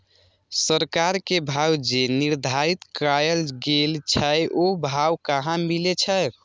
सरकार के भाव जे निर्धारित कायल गेल छै ओ भाव कहाँ मिले छै?